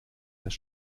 das